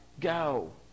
go